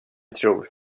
tror